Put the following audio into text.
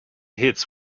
hits